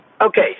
Okay